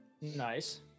Nice